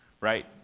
right